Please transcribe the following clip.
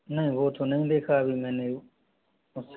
नहीं वो तो नहीं देखा अभी मैंने उससे तो